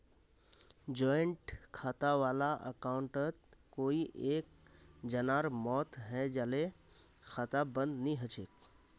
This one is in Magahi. जॉइंट खाता वाला अकाउंटत कोई एक जनार मौत हैं जाले खाता बंद नी हछेक